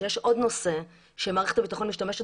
יש עוד נושא שמערכת הביטחון משתמשת